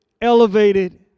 elevated